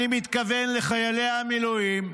אני מתכוון לחיילי המילואים,